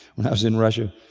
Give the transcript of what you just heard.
when i was in russia,